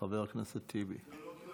חבר הכנסת טיבי.